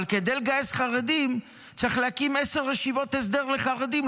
אבל כדי לגייס חרדים צריך להקים עשר ישיבות הסדר לחרדים,